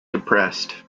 depressed